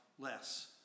less